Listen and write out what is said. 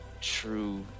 True